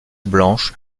blanche